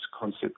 concept